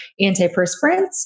antiperspirants